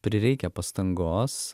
prireikia pastangos